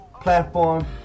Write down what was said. platform